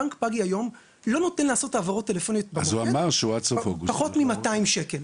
בנק פאגי היום לא נותן לעשות העברות טלפוניות במוקד בפחות מ-200 שקלים.